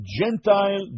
Gentile